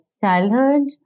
childhood